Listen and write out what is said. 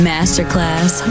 Masterclass